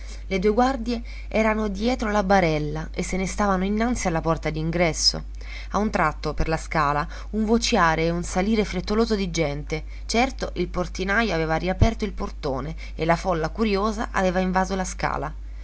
le due guardie erano dietro la barella e se ne stavano innanzi alla porta d'ingresso a un tratto per la scala un vociare e un salire frettoloso di gente certo il portinajo aveva riaperto il portone e la folla curiosa aveva invaso la scala